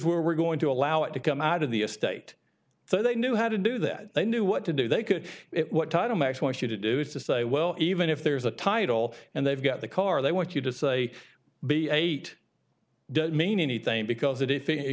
where we're going to allow it to come out of the estate so they knew how to do that they knew what to do they could it what title max wants you to do is to say well even if there's a title and they've got the car they want you to say b eight doesn't mean anything because th